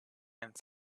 and